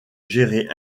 gérées